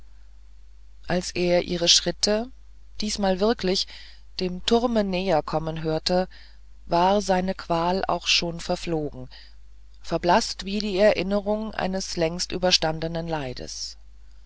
als er ihre schritte diesmal wirklich dem turme näher kommen hörte war seine qual auch schon verflogen verblaßt wie die erinnerung eines längst überstandenen leides